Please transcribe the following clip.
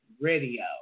Radio